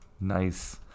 nice